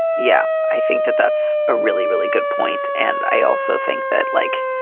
yeah, i think that that's a really, really good point. and i also think that, like,